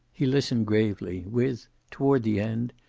he listened gravely, with, toward the end,